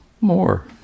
more